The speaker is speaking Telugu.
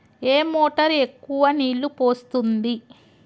ఏ మోటార్ ఎక్కువ నీళ్లు పోస్తుంది?